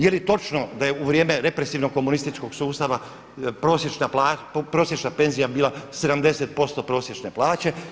Je li točno da je u vrijeme represivnog komunističkog sustava prosječna penzija bila 70% prosječne plaće?